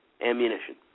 ammunition